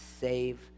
save